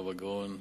הרב הגאון,